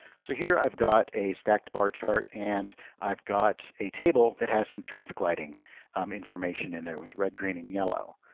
so here i've got a stacked bar chart. and i've got a table that has some traffic lighting information in there with red, green, and yellow.